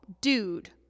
Dude